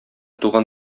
туган